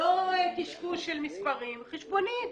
לא קשקוש של מספרים, חשבונית.